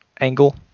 angle